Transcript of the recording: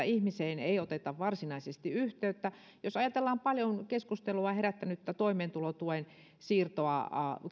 ihmiseen ei oteta varsinaisesti yhteyttä jos ajatellaan paljon keskustelua herättänyttä toimeentulotuen siirtoa